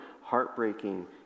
heartbreaking